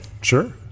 Sure